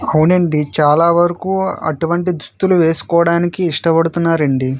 అవునండి చాలా వరకు అటువంటి దుస్తులు వేసుకోవడానికి ఇష్టపడుతున్నారు అండి